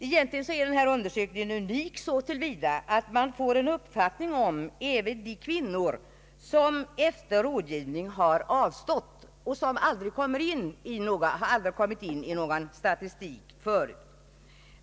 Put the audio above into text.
Egentligen är denna undersökning unik så till vida att man får en uppfattning även om de kvinnor som efter rådgivning har avstått och som aldrig kommit in i någon statistikföring.